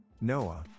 Noah